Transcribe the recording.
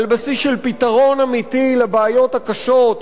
על בסיס של פתרון אמיתי לבעיות הקשות,